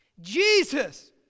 Jesus